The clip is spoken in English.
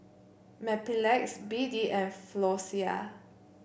Mepilex B D and Floxia